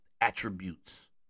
attributes